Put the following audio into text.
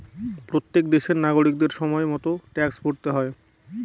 প্রত্যেক দেশের নাগরিকদের সময় মতো ট্যাক্স ভরতে হয়